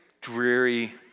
dreary